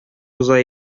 уза